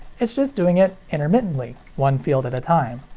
it's just doing it intermittently, one field at a time.